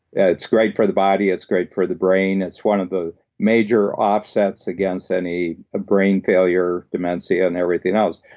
and it's great for the body, it's great for the brain. it's one of the major offsets against any ah brain failure, dementia, and everything else.